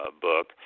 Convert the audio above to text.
book